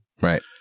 Right